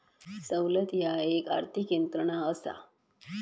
सवलत ह्या एक आर्थिक यंत्रणा असा